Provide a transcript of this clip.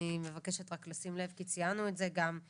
אני מבקשת רק לשים לב כי ציינו את זה גם.